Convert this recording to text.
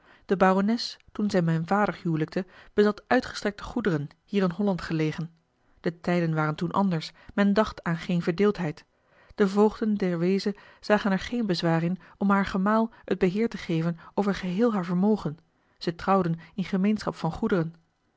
de barones toen zij mijn vader hijlikte bezat uitgestrekte goederen hier in holland gelegen de tijden waren toen anders men dacht aan geen verdeeldheid de voogden der weeze zagen er geen bezwaar in om haar gemaal het beheer te geven over geheel haar vermogen zij trouwden in gemeenschap van goederen